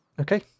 okay